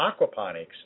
aquaponics